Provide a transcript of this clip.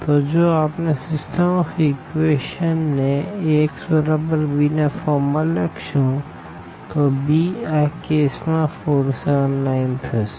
તો જો આપણે સીસ્ટમ ઓફ ઇક્વેશનને Ax બરાબર b ના ફોર્મ માં લખશું તોbઆ કેસ માં 4 7 9 થશે